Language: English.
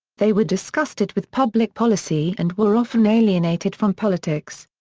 they were disgusted with public policy and were often alienated from politics.